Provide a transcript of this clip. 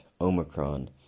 Omicron